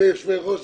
שני יושבי-ראש,